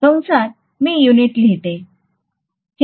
कंसात मी युनिट लिहिते